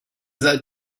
that